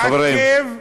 חברים.